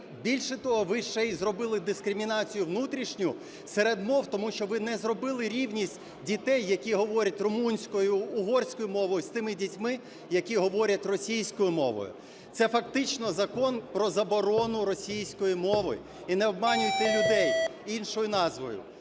більше того, ви ще зробили дискримінацію внутрішню серед мов, тому що ви не зробили рівність дітей, які говорять румунською, угорською мовою, з тими дітьми, які говорять російською мовою. Це фактично закон про заборону російської мови і не обманюйте людей іншою назвою.